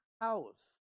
house